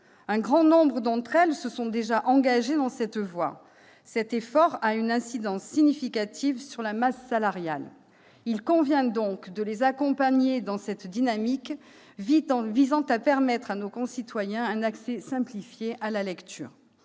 Un grand nombre d'entre elles se sont déjà engagées dans cette voie. Cet effort a une incidence significative sur la masse salariale. Il convient donc de les accompagner dans cette dynamique visant à permettre à nos concitoyens un accès simplifié à la lecture.